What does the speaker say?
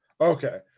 Okay